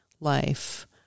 life